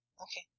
Okay